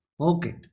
okay